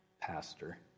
pastor